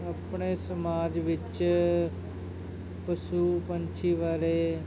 ਆਪਣੇ ਸਮਾਜ ਵਿੱਚ ਪਸ਼ੂ ਪੰਛੀ ਵਾਲੇ